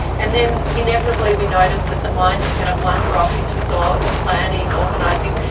and then inevitably we notice that the mind is going to wander off into thoughts, planning, organising,